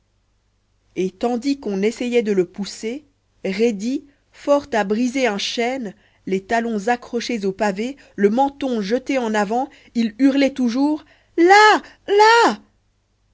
et tandis qu'on essayait de le pousser raidi fort à briser un chêne les talons accrochés aux pavés le menton jeté en avant il hurlait toujours là là